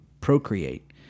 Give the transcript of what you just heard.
procreate